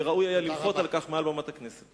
וראוי היה למחות על כך מעל במת הכנסת.